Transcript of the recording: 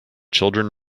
children